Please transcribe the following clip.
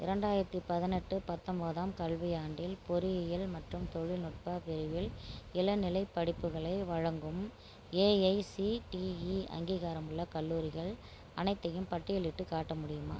இரண்டாயிரத்தி பதினெட்டு பத்தொம்போதாம் கல்வியாண்டில் பொறியியல் மற்றும் தொழில்நுட்ப பிரிவில் இளநிலை படிப்புகளை வழங்கும் ஏஐசிடிஇ அங்கீகாரமுள்ள கல்லூரிகள் அனைத்தையும் பட்டியலிட்டு காட்ட முடியுமா